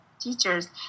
teachers